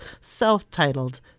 self-titled